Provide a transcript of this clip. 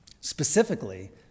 Specifically